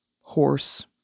horse